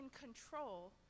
control